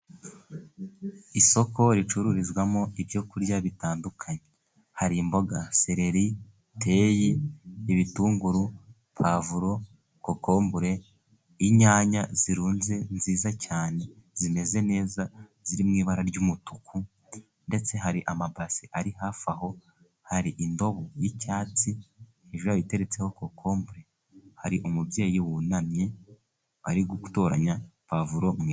Isoko ricururizwamo ibyo kurya bitandukanye. Hari imboga, sereri, teyi, ibitunguru, pavuro, kokombure, inyanya zirunze, nziza cyane zimeze neza, ziri mu ibara ry'umutuku, ndetse hari amabasi ari hafi aho, hari indobo y'icyatsi, iteretseho kokombure. Hari umubyeyi wunamye, bari gutoranya pavuro,..